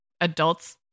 adults